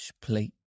plate